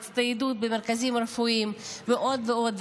בהצטיידות, במרכזים רפואיים ועוד ועוד.